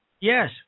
Yes